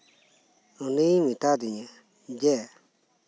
ᱩᱢᱤᱭ ᱢᱮᱛᱟᱫᱤᱧᱟᱹ ᱡᱮ